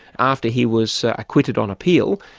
after he was acquitted on appeal,